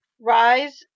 rise